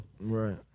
right